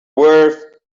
worth